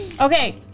Okay